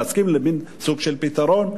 להסכים למין סוג של פתרון,